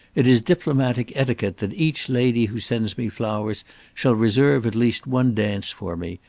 it is diplomatic etiquette that each lady who sends me flowers shall reserve at least one dance for me.